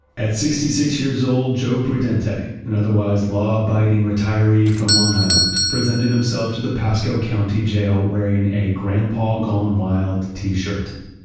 at sixty six years old, joe prudente, an and otherwise law-abiding retiree from long island, presented himself to the pasco county jail wearing a grandpa gone wild t-shirt.